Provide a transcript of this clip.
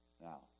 Now